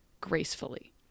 gracefully